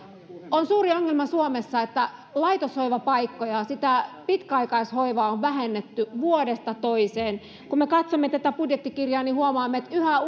on suuri ongelma suomessa että laitoshoivapaikkoja sitä pitkäaikaishoivaa on vähennetty vuodesta toiseen kun me katsomme tätä budjettikirjaa niin huomaamme että yhä